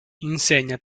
insegna